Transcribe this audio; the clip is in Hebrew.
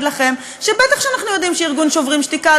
לכם שבטח שאנחנו יודעים ש"שוברים שתיקה",